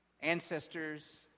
Ancestors